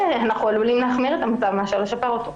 אנחנו עלולים להחמיר את המצב ולא לשפר אותו.